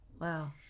Wow